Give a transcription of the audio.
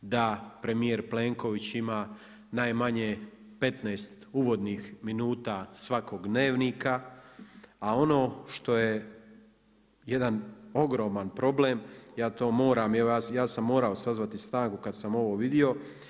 Da premijer Plenković ima najmanje 15 uvodnih minuta svakog Dnevnika a ono što je jedna ogroman problem, ja to moram, ja sam morao sazvati stanku kad sam ovo vidio.